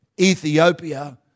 Ethiopia